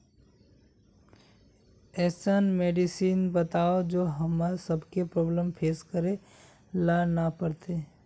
ऐसन मेडिसिन बताओ जो हम्मर सबके प्रॉब्लम फेस करे ला ना पड़ते?